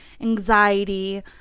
anxiety